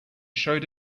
showed